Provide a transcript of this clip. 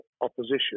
opposition